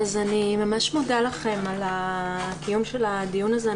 אני מודה לכם על הקיום של הדיון הזה.